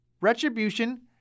Retribution